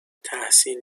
تحسین